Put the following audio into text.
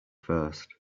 first